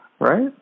right